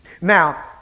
Now